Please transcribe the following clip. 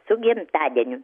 su gimtadieniu